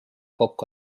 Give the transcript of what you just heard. kokku